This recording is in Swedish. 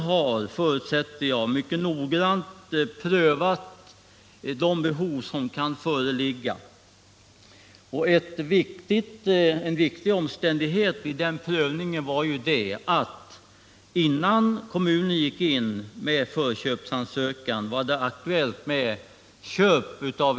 Jag förutsätter att kommunen mycket noggrant har prövat de behov som kan föreligga. Som en viktig omständighet vid denna prövning kan nämnas att innan kommunen gick in med sin förköpsansökan, var ett annat köp aktuellt.